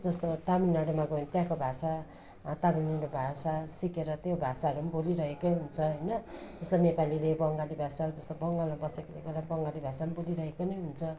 जस्तो तामिलनाडूमा गयो भने त्यहाँको भाषा तामिल भाषा सिकेर त्यो भाषाहरू पनि बोलिरहेकै हुन्छ होइन जस्तो नेपालीले बङ्गाली भाषाहरू जस्तो बङ्गालमा बसेकोले गर्दा बङ्गाली भाषा पनि बोलिरहेको नै हुन्छ